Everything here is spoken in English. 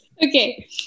Okay